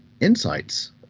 insights